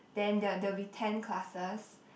then there there will be ten classes